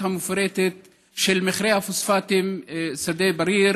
המפורטת של מכרה הפוספטים שדה בריר